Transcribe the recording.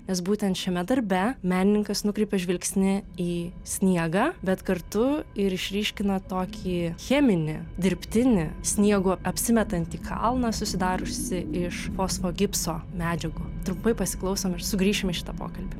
nes būtent šiame darbe menininkas nukreipia žvilgsnį į sniegą bet kartu ir išryškina tokį cheminį dirbtinį sniegu apsimetantį kalną susidariusį iš fosfogipso medžiagų trumpai pasiklausom ir sugrįšim į šitą pokalbį